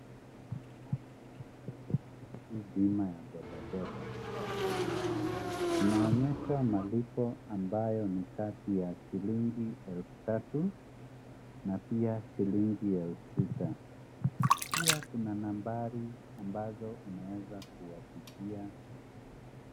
Haya ni maelezo kuhusu bima ya bodaboda. Tunaonyeshwa malipo ambayo ni kati ya shilingi 3,000 na pia shilingi 6,000. Pia kuna nambari ambayo unaweza kuwapigia.